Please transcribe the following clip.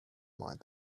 mind